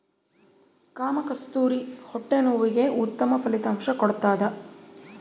ಕಾಮಕಸ್ತೂರಿ ಹೊಟ್ಟೆ ನೋವಿಗೆ ಉತ್ತಮ ಫಲಿತಾಂಶ ಕೊಡ್ತಾದ